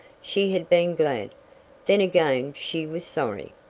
she had been glad then again she was sorry.